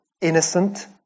innocent